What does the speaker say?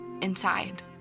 inside